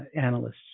analysts